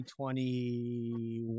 2021